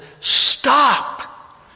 stop